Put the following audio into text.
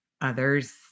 others